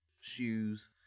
shoes